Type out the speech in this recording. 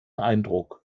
eindruck